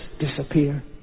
disappear